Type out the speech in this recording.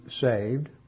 saved